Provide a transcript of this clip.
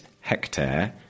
hectare